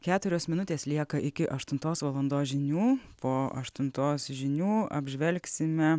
keturios minutės lieka iki aštuntos valandos žinių po aštuntos žinių apžvelgsime